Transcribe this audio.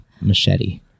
machete